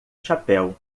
chapéu